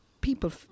people